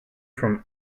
from